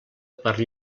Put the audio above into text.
per